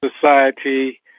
society